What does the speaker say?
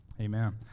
Amen